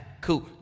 Cool